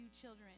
children